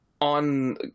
on